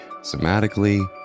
somatically